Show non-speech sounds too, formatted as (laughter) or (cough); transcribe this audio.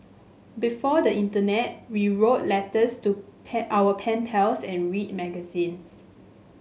before the internet we wrote letters to (unintelligible) our pen pals and read magazines